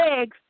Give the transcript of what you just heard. eggs